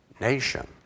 nation